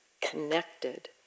connected